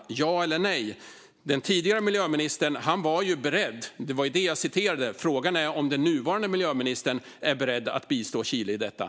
Ja eller nej? Den tidigare miljöministern var som sagt beredd. Frågan är om den nuvarande miljöministern är beredd att bistå Chile i detta?